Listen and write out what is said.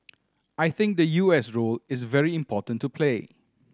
I think the U S role is very important to play